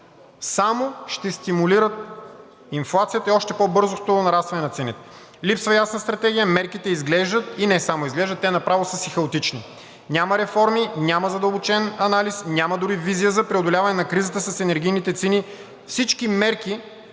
само ще стимулират инфлацията и още по-бързото нарастване на цените. Липсва ясна стратегия. Мерките изглеждат – и не само изглеждат, те направо са си хаотични. Няма реформи, няма задълбочен анализ, няма дори визия за преодоляване на кризата с енергийните цени. Всички мерки